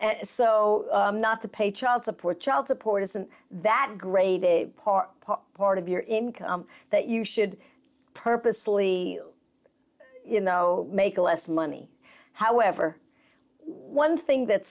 and so not to pay child support child support isn't that great a part part of your income that you should purposely you know make less money however one thing that